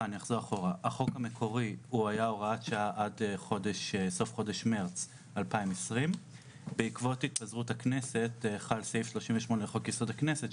החוק המקורי היה הוראת שעה עד סוף חודש מרץ 2020. בעקבות התפזרות הכנסת חל סעיף 38 לחוק יסוד הכנסת,